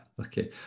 okay